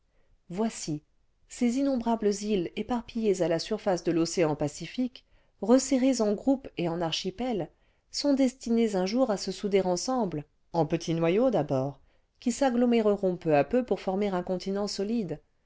voici ces innombrables îles éparpillées à la surface de l'océan pacifique resserrées en groupes et en archipels sont destinées un jour à se souder ensemble en petits noyaux d'abord qui s'aggloméreront peu à peupour former un continent solide